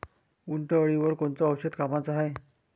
उंटअळीवर कोनचं औषध कामाचं हाये?